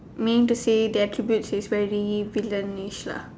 mean to say the attributes is very villain ish lah